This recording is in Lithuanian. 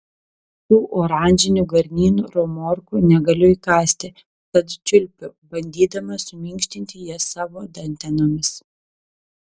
tų oranžinių garnyro morkų negaliu įkąsti tad čiulpiu bandydama suminkštinti jas savo dantenomis